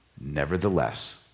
Nevertheless